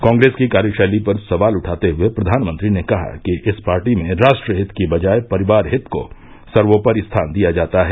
कॉग्रेस की कार्यशैली पर सवाल उठाते हये प्रधानमंत्री ने कहा कि इस पार्टी में राष्ट्रहित की बजाय परिवार हित को सर्वोपरि स्थान दिया जाता है